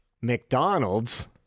McDonald's